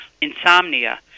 insomnia